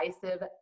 divisive